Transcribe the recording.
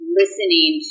listening